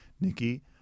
Nikki